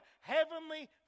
Heavenly